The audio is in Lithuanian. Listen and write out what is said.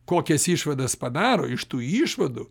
kokias išvadas padaro iš tų išvadų